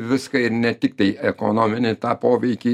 viską ir ne tiktai ekonominį tą poveikį